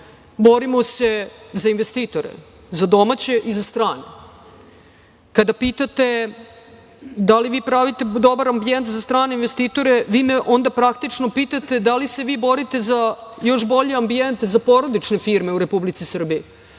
borimo se za investitore, za domaće i za strane. Kada pitate, da li vi pravite dobar ambijent za strane investitore, vi me onda praktično pitate, da li se vi borite za još bolji ambijent za porodične firme u Republici Srbiji?